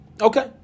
Okay